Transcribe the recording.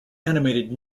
animated